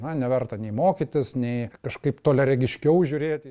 na neverta nei mokytis nei kažkaip toliaregiškiau žiūrėti